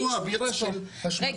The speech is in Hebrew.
יש פה אווירה של השמצה.